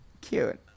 Cute